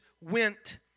went